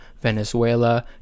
Venezuela